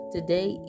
Today